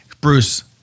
Bruce